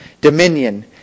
dominion